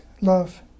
Love